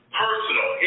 personal